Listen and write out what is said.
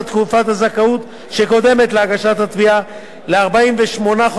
הזכאות שקודמת להגשת התביעה ל-48 חודשים,